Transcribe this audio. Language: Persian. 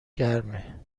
گرمه